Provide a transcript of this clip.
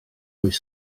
oedd